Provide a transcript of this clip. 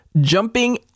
jumping